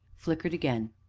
flickered again,